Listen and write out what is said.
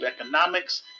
economics